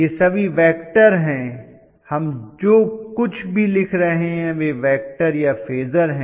ये सभी वैक्टर हैं हम जो कुछ भी लिख रहे हैं वे वैक्टर या फेजर हैं